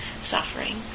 suffering